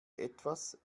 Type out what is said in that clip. etwas